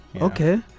Okay